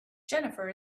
jennifer